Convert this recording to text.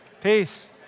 Peace